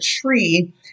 tree